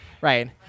right